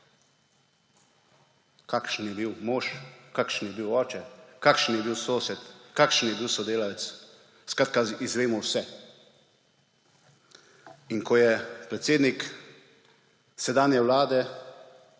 kakšen je bil mož, kakšen je bil oče, kakšen je bil sosed, kakšen je bil sodelavec; skratka izvemo vse. In ko je predsednik sedanje vlade